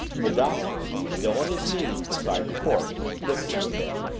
the doctor, still on his knees beside the corpse, lifted his head.